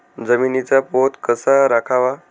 जमिनीचा पोत कसा राखावा?